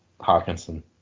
Hawkinson